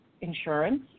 insurance